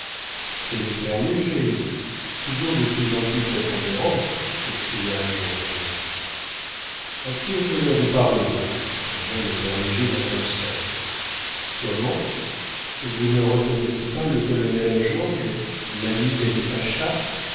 c'est le père léger toujours de plus en plus prépondérant s'écria georges a qui ai-je l'honneur de parler demanda le père léger d'un ton sec comment vous ne reconnaissez pas le colonel georges l'ami d'ali-pacha